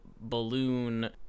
balloon